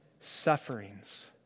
sufferings